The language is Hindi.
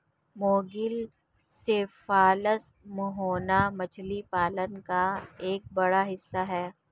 मुगिल सेफालस मुहाना मछली पालन का एक बड़ा हिस्सा है